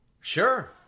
Sure